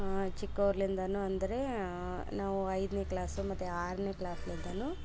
ಚಿಕ್ಕವರ್ಲಿಂದನು ಅಂದರೆ ನಾವು ಐದನೇ ಕ್ಲಾಸು ಮತ್ತು ಆರನೇ ಕ್ಲಾಸ್ಲಿದನು